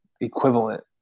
equivalent